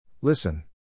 Listen